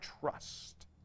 trust